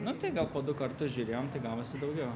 nu tai gal po du kartus žiūrėjom tai gavosi daugiau